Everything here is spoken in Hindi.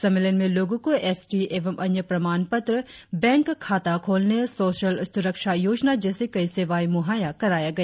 सम्मेलन में लोगो को एस टी एवं अन्य प्रमाण पत्र बैक खाता खोलने सोशल सुरक्षा योजना जैसे कई सेवाए मुहैय्या कराया गया